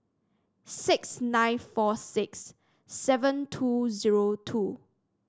six nine four six seven two zero two